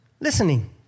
listening